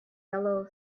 yellow